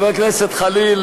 חבר הכנסת חנין,